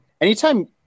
anytime